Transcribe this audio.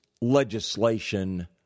legislation